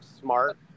smart